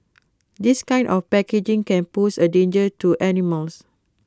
this kind of packaging can pose A danger to animals